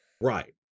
Right